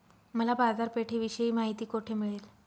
मला बाजारपेठेविषयी माहिती कोठे मिळेल?